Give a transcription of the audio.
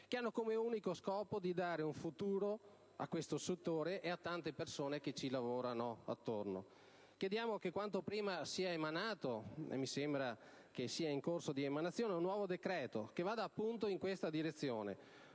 Paese, all'unico scopo di dare un futuro a questo settore e alle tante persone che ci lavorano. Chiediamo che quanto prima sia emanato - e mi pare che sia in corso di definizione - un nuovo decreto che vada appunto in questa direzione,